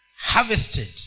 harvested